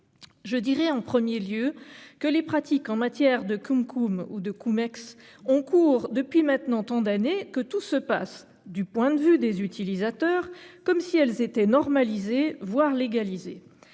concessions. Tout d'abord, les pratiques en matière de CumCum et de CumEx ont cours depuis maintenant tant d'années que tout se passe, du point de vue des utilisateurs, comme si elles étaient normalisées, voire légalisées.